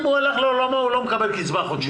אם הוא הלך לעולמו הוא לא מקבל קצבה חודשית.